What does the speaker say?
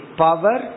power